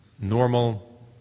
Normal